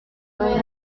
más